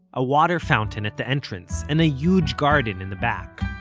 a water fountain at the entrance and a huge garden in the back.